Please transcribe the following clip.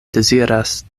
deziras